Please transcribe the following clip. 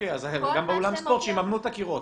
גם באולם ספורט שיממנו את הקירות.